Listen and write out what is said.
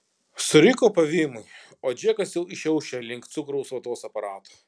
suriko pavymui o džekas jau šiaušė link cukraus vatos aparato